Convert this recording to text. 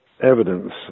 evidence